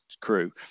crew